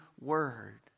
word